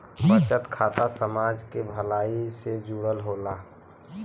बचत खाता समाज के भलाई से जुड़ल होला